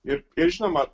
ir ir žinoma